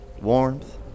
Warmth